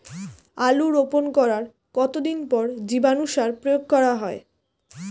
আলু রোপণ করার কতদিন পর জীবাণু সার প্রয়োগ করা হয়?